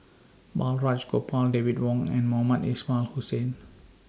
Balraj Gopal David Wong and Mohamed Ismail Hussain